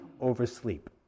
oversleep